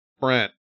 Brent